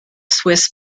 swiss